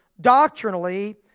doctrinally